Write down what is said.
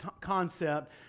concept